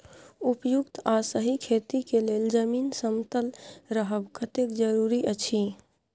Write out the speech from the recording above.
उपयुक्त आ सही खेती के लेल जमीन समतल रहब कतेक जरूरी अछि?